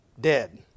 dead